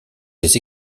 des